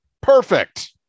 Perfect